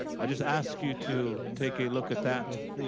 i just ask you to take a look at that